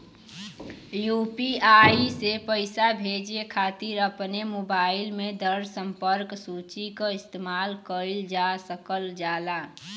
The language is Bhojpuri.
यू.पी.आई से पइसा भेजे खातिर अपने मोबाइल में दर्ज़ संपर्क सूची क इस्तेमाल कइल जा सकल जाला